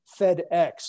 FedEx